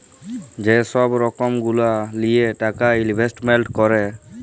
যে ছব রকম গুলা লিঁয়ে টাকা ইলভেস্টমেল্ট ক্যরে